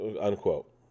Unquote